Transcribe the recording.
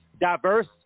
Diverse